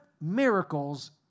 miracles